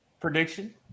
Prediction